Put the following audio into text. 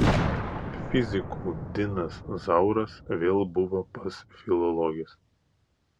fizikų dinas zauras vėl buvo pas filologes